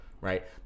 right